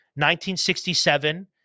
1967